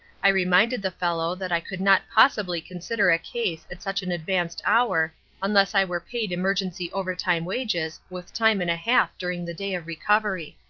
i reminded the fellow that i could not possibly consider a case at such an advanced hour unless i were paid emergency overtime wages with time and a half during the day of recovery.